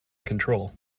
control